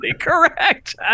correct